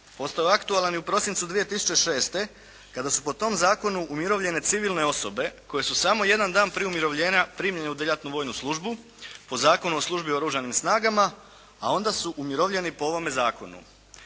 postao je aktualan i u prosincu 2006. kada su po tom zakonu umirovljene civilne osobe koje su samo jedan dan prije umirovljenja primljene u djelatnu vojnu službu po Zakonu o službi u Oružanim snagama, a onda su umirovljeni po ovome zakonu.